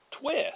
twist